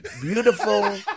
beautiful